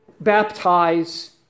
Baptize